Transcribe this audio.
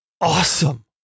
awesome